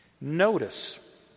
Notice